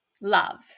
love